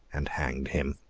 and hanged him.